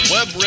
Web